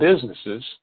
businesses